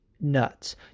nuts